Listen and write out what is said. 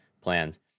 plans